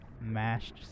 mashed